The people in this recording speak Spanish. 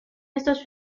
estos